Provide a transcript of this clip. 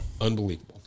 Unbelievable